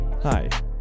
Hi